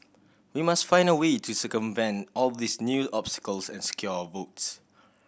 we must find a way to circumvent all these new obstacles and secure our votes